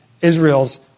Israel's